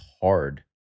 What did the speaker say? hard